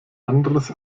anderes